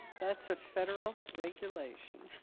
that's a federal regulation.